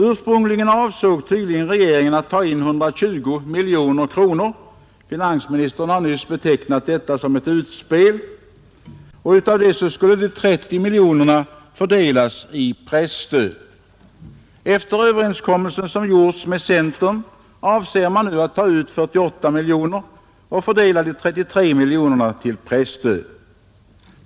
Ursprungligen avsåg tydligen regeringen att ta in 120 miljoner kronor — finansministern har nyss betecknat detta som ett utspel — och av detta skulle 30 miljoner fördelas i presstöd. Efter den överenskommelse som gjorts med centern avser man nu att ta ut 48 miljoner och fördela 33 miljoner i presstöd.